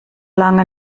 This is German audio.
lange